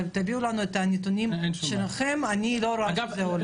גם בנתונים שנמצאים פה,